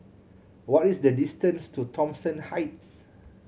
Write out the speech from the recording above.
what is the distance to Thomson Heights